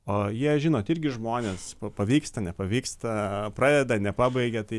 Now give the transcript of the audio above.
o jie žinot irgi žmonės pavyksta nepavyksta pradeda nepabaigia tai